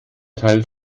teil